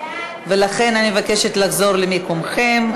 ולכן אני מבקשת שתחזרו למקומכם.